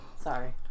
Sorry